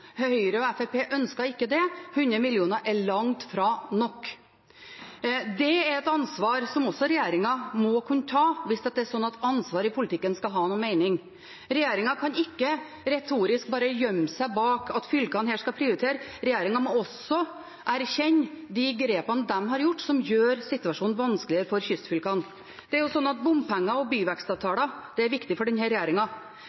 og 100 mill. kr er langt fra nok. Det er et ansvar som også regjeringen må kunne ta hvis det er slik at ansvar i politikken skal ha noen mening. Regjeringen kan ikke retorisk bare gjemme seg bak at fylkene her skal prioritere – regjeringen må også erkjenne de grepene de har tatt som gjør situasjonen vanskeligere for kystfylkene. Det er jo slik at bompenger og